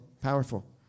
powerful